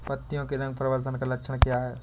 पत्तियों के रंग परिवर्तन का लक्षण क्या है?